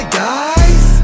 guys